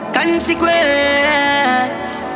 Consequence